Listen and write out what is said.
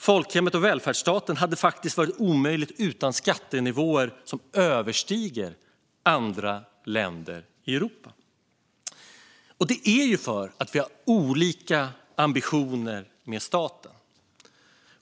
Folkhemmet och välfärdsstaten hade faktiskt varit omöjliga utan skattenivåer som överstiger dem i andra länder i Europa. Det är för att vi har olika ambitioner med staten.